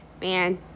man